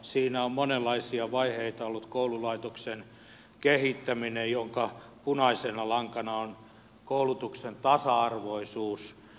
siinä on monenlaisia vaiheita ollut koululaitoksen kehittäminen jonka punaisena lankana on koulutuksen tasa arvoisuus